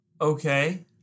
Okay